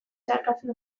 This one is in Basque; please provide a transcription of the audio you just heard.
zeharkatzen